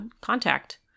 contact